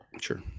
Sure